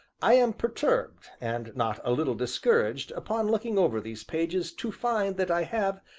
i am perturbed, and not a little discouraged, upon looking over these pages, to find that i have,